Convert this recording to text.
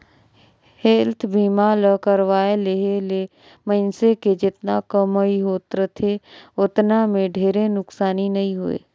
health बीमा ल करवाये लेहे ले मइनसे के जेतना कमई होत रथे ओतना मे ढेरे नुकसानी नइ होय